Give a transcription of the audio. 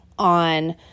on